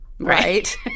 Right